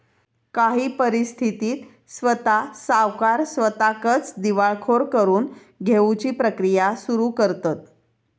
काही परिस्थितीत स्वता सावकार स्वताकच दिवाळखोर करून घेउची प्रक्रिया सुरू करतंत